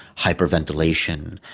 hyperventilation,